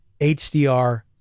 HDR